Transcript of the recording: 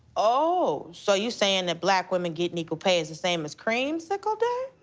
oh, so you saying that black women getting equal pay is the same as creamsicle day?